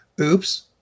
Oops